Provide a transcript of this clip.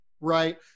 right